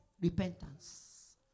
repentance